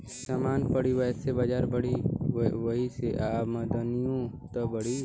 समान बढ़ी वैसे बजार बढ़ी, वही से आमदनिओ त बढ़ी